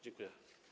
Dziękuję.